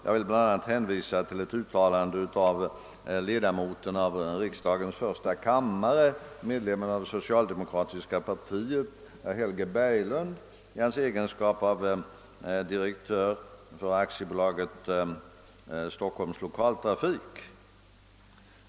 Jag vill bl.a. hänvisa till ett uttalande av ledamoten av riksdagens första kammare, medlemmen av socialdemokratiska partiet herr Helge Berglund i hans egenskap av direktör för Aktiebolaget Stockholms 1okaltrafik.